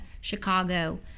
Chicago